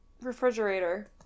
refrigerator